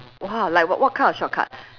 !wah! like what what kind of shortcut